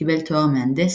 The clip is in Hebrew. קיבל תואר מהנדס,